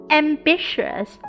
ambitious